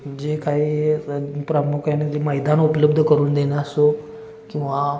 जे काही प्रामुख्याने जे मैदान उपलब्ध करून देणं असो किंवा